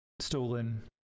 stolen